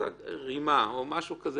שהוא רימה או משהו כזה,